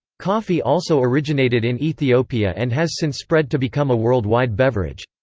coffee also originated in ethiopia and has since spread to become a worldwide beverage.